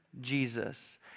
Jesus